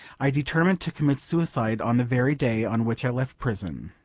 i determined to commit suicide on the very day on which i left prison.